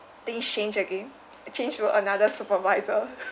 things changed again changed to another supervisor